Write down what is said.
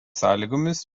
sąlygomis